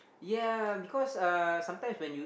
yea because uh sometimes when you